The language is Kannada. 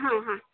ಹಾಂ ಹಾಂ